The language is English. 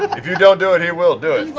if if you don't do it, he will, do